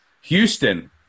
Houston